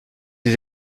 des